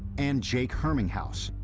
and jake herminghaus,